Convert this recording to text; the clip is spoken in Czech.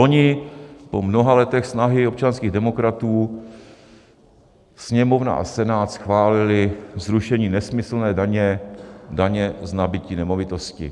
Loni, po mnoha letech snahy občanských demokratů, Sněmovna a Senát schválily zrušení nesmyslné daně, daně z nabytí nemovitosti.